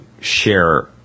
share